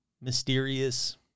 Mysterious